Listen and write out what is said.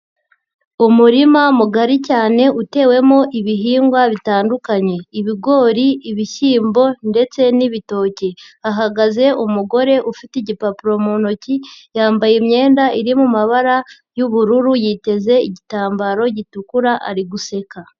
Umurima mugari cyane utewemo ibihingwa bitandukanye, ibigori, ibishyimbo ndetse n'ibitoki, hahagaze umugore ufite igipapuro mu ntoki yambaye imyenda iri mumabara y'ubururu yiteze igitambaro gitukura ari guseka.